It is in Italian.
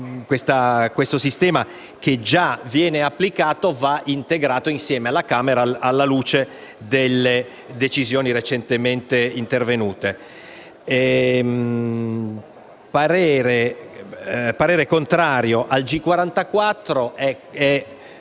tale sistema, che già viene applicato, va integrato insieme alla Camera, alla luce delle decisioni recentemente intervenute. Esprimo parere contrario sull'ordine